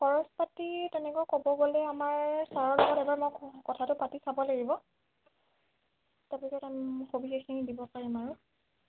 খৰচ পাতি তেনেকে ক'ব গ'লে আমাৰ ছাৰৰ লগত মই এবাৰ কথাটো পাতি চাব লাগিব তাৰ পিছত সবিশেষ খিনি দিব পাৰিম আৰু